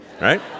Right